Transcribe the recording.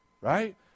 Right